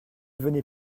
venez